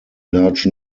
large